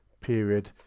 period